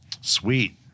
Sweet